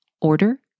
order